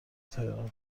تهران